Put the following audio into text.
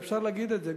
אפשר לי להגיד את זה,